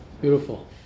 Beautiful